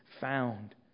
found